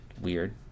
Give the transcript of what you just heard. weird